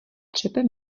třepe